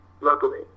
luckily